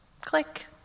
Click